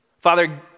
Father